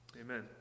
Amen